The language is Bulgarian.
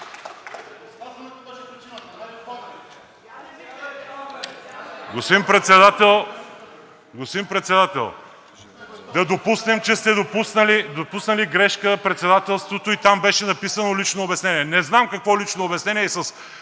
Господин Председател, да допуснем, че сте допуснали грешка в председателството и там беше написано лично обяснение. Не знам какво лично обяснение